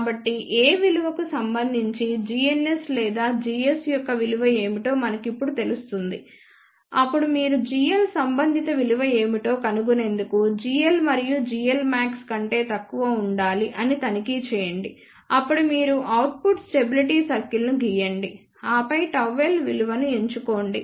కాబట్టిA విలువకు సంబంధించి gns లేదా gs యొక్క విలువ ఏమిటో మనకు ఇప్పుడు తెలుస్తుందిఅప్పుడు మీరు gl సంబంధిత విలువ ఏమిటో కనుగొనేందుకు gl విలువ gl max కంటే తక్కువ ఉండాలి అని తనిఖీ చేయండి అప్పుడుమీరు అవుట్పుట్ స్టెబిలిటీ సర్కిల్ను గీయండి ఆపై ΓL విలువను ఎంచుకోండి